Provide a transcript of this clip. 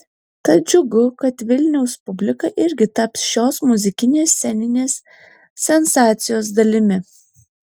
tad džiugu kad vilniaus publika irgi taps šios muzikinės sceninės sensacijos dalimi